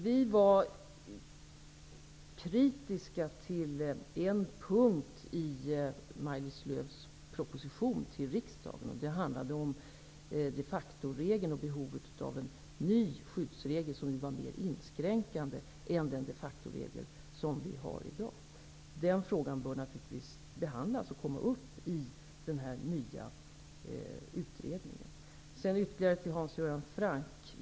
Vi var kritiska till en punkt i Maj-Lis Lööws proposition till riksdagen, och det handlade om de facto-regeln och behovet av en ny skyddsregel, som var mer inskränkande än den som vi har i dag. Den frågan bör naturligtvis tas upp och behandlas i den nya utredningen. Jag vill säga ytterligare en sak till Hans Göran Franck.